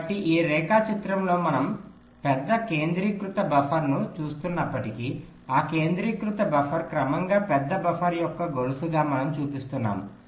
కాబట్టి ఈ రేఖాచిత్రంలో మనము పెద్ద కేంద్రీకృత బఫర్ను చూస్తున్నప్పటికీ ఆ కేంద్రీకృత బఫర్ క్రమంగా పెద్ద బఫర్ యొక్క గొలుసుగా మనము చూపిస్తున్నాము